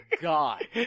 God